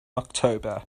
october